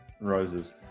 Roses